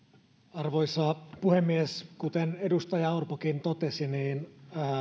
arvoisa puhemies kuten edustaja orpokin totesi